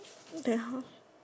then how